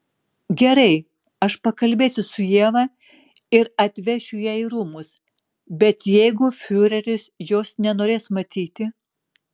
gerai aš pakalbėsiu su ieva ir atvešiu ją į rūmus bet jeigu fiureris jos nenorės matyti